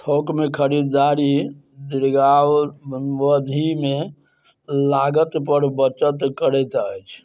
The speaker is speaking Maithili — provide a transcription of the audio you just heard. थोकमे खरिदारी दीर्घावधिमे लागतपर बचत करैत अछि